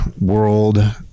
world